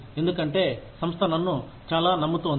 ఎందుకంటే సంస్థ నన్ను చాలా నమ్ముతోంది